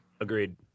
agreed